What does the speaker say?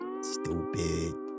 stupid